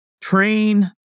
train